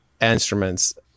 instruments